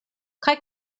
kaj